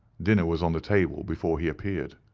dinner was on the table before he appeared.